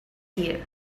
here